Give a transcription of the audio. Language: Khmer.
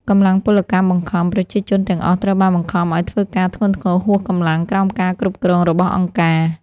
កម្លាំងពលកម្មបង្ខំ ប្រជាជនទាំងអស់ត្រូវបានបង្ខំឱ្យធ្វើការធ្ងន់ធ្ងរហួសកម្លាំង ក្រោមការគ្រប់គ្រងរបស់អង្គការ។